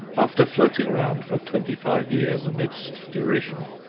after floating round for twenty-five years amidst derision,